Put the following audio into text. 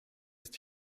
ist